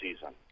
season